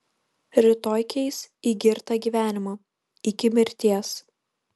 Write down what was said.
rytoj keis į girtą gyvenimą iki mirties